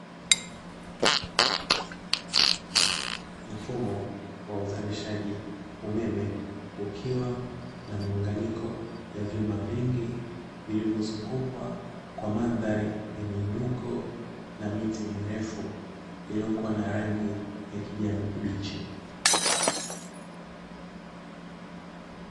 Mfumo wa uzalishaji umeme, ukiwa na miunganiko ya vyuma vingi vilivyozungukwa kwa mandhari ya miinuko na miti mirefu, iliyokuwa na rangi ya kijani kibichi.